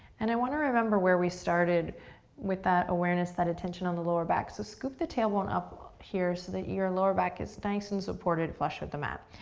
and i want to remember where we started with that awareness, that attention on the lower back so scoop the tailbone up up here so that your lower back is nice and supported, flush with the mat.